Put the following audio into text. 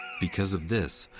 because of this,